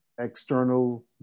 external